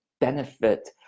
benefit